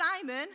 Simon